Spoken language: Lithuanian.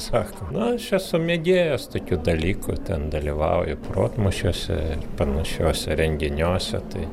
sako na aš esu mėgėjas tokių dalykų ten dalyvauju protmūšiuose panašiuose renginiuose tai